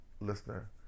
listener